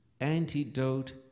antidote